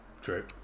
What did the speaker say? True